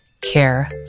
Care